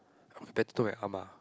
I'll be better to my Ah-Ma